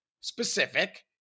specific